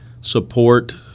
Support